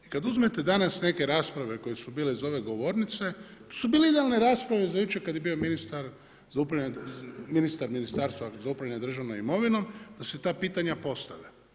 I kad uzmete danas neke rasprave koje su bile iz ove govornice to su bile idealne rasprave za jučer kad je bio ministar za upravljanje, ministar Ministarstva za upravljanje državnom imovinom, da se ta pitanja postave.